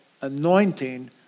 anointing